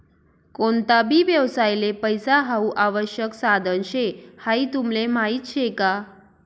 कोणता भी व्यवसायले पैसा हाऊ आवश्यक साधन शे हाई तुमले माहीत शे का?